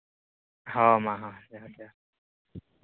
ᱦᱳᱭ ᱢᱟ ᱦᱳᱭ ᱡᱚᱸᱦᱟᱨ ᱡᱚᱸᱦᱟᱨ